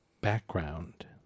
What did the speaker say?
background